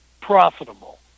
profitable